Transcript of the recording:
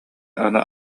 аны